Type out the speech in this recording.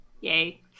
Yay